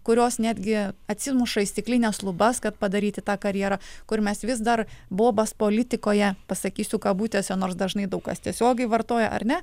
kurios netgi atsimuša į stiklines lubas kad padaryti tą karjerą kur mes vis dar bobas politikoje pasakysiu kabutėse nors dažnai daug kas tiesiogiai vartoja ar ne